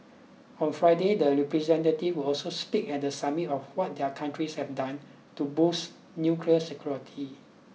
on Friday the representatives will also speak at the summit of what their countries have done to boost nuclear security